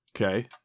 Okay